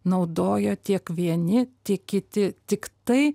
naudojo tiek vieni tiek kiti tiktai